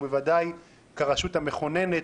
ובוודאי כרשות המכוננת.